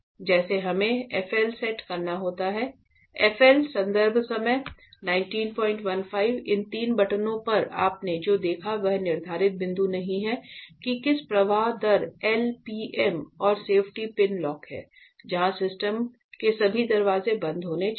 जैसे हमें FL set करना होता है FL इन तीन बटनों पर आपने जो देखा वह निर्धारित बिंदु नहीं हैं कि किस प्रवाह दर LPM और सेफ्टी पिन लॉक है जहां सिस्टम के सभी दरवाजे बंद होने चाहिए